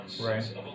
Right